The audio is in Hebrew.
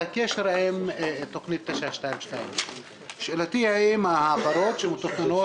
והקשר עם תכנית 922. שאלתי האם העברות שמתוכננות